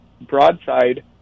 Broadside